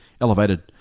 elevated